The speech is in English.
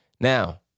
Now